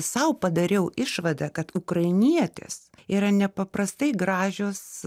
sau padariau išvadą kad ukrainietės yra nepaprastai gražios